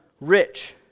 rich